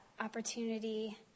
opportunity